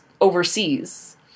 overseas